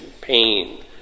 pain